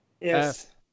Yes